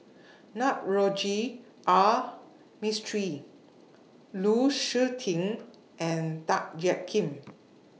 Navroji R Mistri Lu Suitin and Tan Jiak Kim